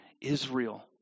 Israel